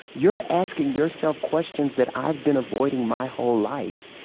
you're asking yourself questions that i've been avoiding my whole life,